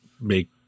make